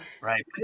Right